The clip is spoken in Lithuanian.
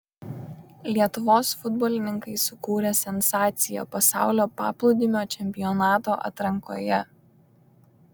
lietuvos futbolininkai sukūrė sensaciją pasaulio paplūdimio čempionato atrankoje